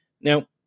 Now